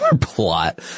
plot